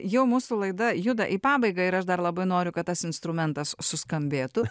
jau mūsų laida juda į pabaigą ir aš dar labai noriu kad tas instrumentas suskambėtų